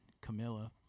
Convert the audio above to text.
Camilla